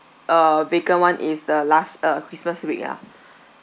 uh vacant [one] is the last uh christmas week ya